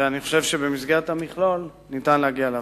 ואני חושב שבמסגרת המכלול ניתן להגיע להבנות.